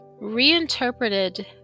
reinterpreted